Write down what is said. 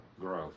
growth